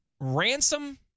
Ransom